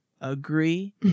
agree